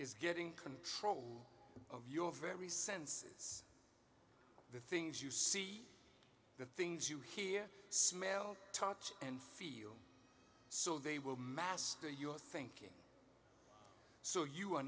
is getting control of your very senses the things you see the things you hear smell touch and feet so they will master your thinking so you are